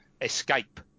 escape